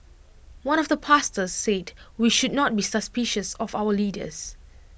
one of the pastors said we should not be suspicious of our leaders